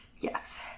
Yes